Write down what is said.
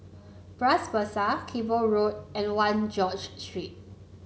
Bras Basah Cable Road and One George Street